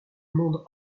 monde